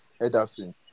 ederson